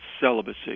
celibacy